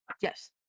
Yes